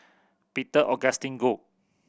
Peter Augustine Goh